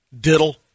Diddle